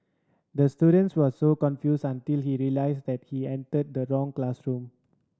the student was so confused until he realised that he entered the wrong classroom